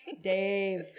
Dave